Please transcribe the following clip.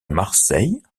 marseille